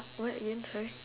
what again sorry